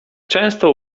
często